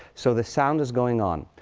so the sound is going on.